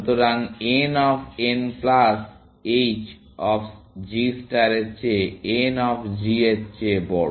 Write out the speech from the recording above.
সুতরাং n of n plus h of g স্টারের চেয়ে n অফ g এর চেয়ে বড়